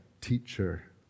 teacher